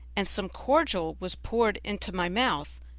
and some cordial was poured into my mouth,